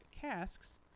casks